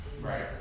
Right